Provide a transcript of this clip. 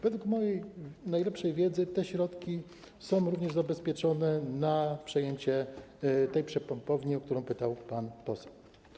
Według mojej najlepszej wiedzy te środki są również zabezpieczone na przejęcie tej przepompowni, o którą pytał pan poseł.